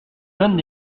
donnent